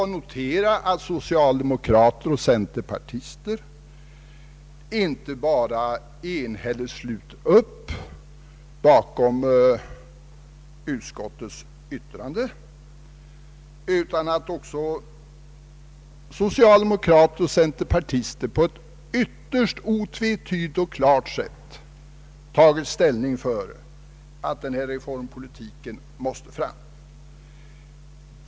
Jag noterar då att socialdemokrater och centerpartister inte bara enhälligt slöt upp bakom utskottets yttrande, utan att socialdemokrater och centerpartister också på ett ytterst otvetydigt och klart sätt har tagit ställning för att denna reformpolitik måste fram.